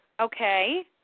Okay